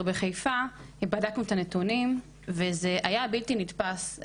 בחיפה בדקנו את הנתונים וזה היה בלתי נתפס,